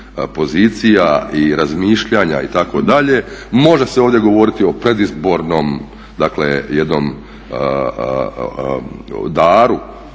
pozicija i razmišljanja itd. Može se ovdje govoriti o predizbornom dakle jednom daru